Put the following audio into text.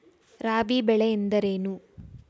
ರಾಬಿ ಬೆಳೆ ಎಂದರೇನು?